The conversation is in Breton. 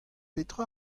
petra